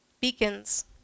Beacons